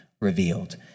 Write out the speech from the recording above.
revealed